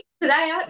today